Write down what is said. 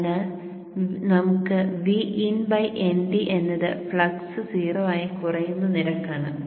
അതിനാൽ നമുക്ക് Vin Nd എന്നത് ഫ്ലക്സ് 0 ആയി കുറയുന്ന നിരക്ക് ആണ്